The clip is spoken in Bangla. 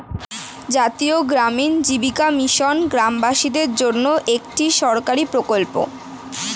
জাতীয় গ্রামীণ জীবিকা মিশন গ্রামবাসীদের জন্যে একটি সরকারি প্রকল্প